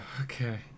okay